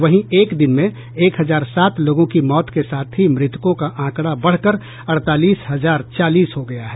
वहीं एक दिन में एक हजार सात लोगों की मौत के साथ ही मृतकों का आंकड़ा बढ़कर अड़तालीस हजार चालीस हो गया है